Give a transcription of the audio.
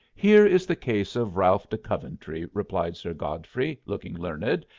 here is the case of ralph de coventry, replied sir godfrey, looking learned,